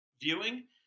viewing